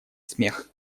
смех